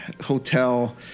hotel